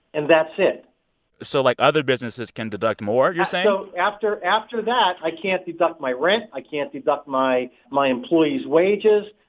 and that's it so like other businesses can deduct more, you're saying? so after after that, i can't deduct my rent. i can't deduct my my employees' wages,